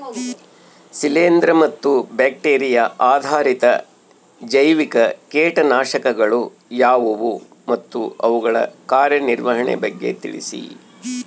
ಶಿಲೇಂದ್ರ ಮತ್ತು ಬ್ಯಾಕ್ಟಿರಿಯಾ ಆಧಾರಿತ ಜೈವಿಕ ಕೇಟನಾಶಕಗಳು ಯಾವುವು ಮತ್ತು ಅವುಗಳ ಕಾರ್ಯನಿರ್ವಹಣೆಯ ಬಗ್ಗೆ ತಿಳಿಸಿ?